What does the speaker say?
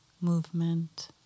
movement